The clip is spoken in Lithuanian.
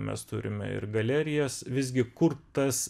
mes turime ir galerijas visgi kur tas